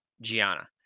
Gianna